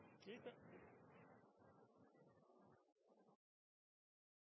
sliter